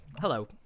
hello